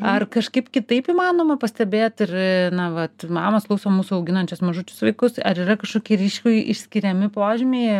ar kažkaip kitaip įmanoma pastebėt ir na vat mamos klauso mūsų auginančios mažučius vaikus ar yra kažkokie ryškiai išskiriami požymiai